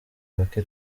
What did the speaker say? bake